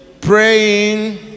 praying